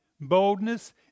boldness